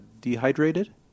dehydrated